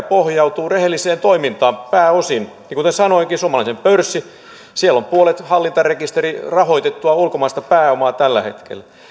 pohjautuu rehelliseen toimintaan pääosin ja kuten sanoinkin suomalaisessa pörssissä on puolet hallintarekisterirahoitettua ulkomaista pääomaa tällä hetkellä